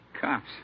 Cops